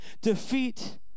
defeat